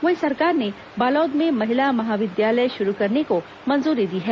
वहीं सरकार ने बालोद में महिला महाविद्यालय शुरू करने को मंजूरी दी है